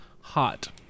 Hot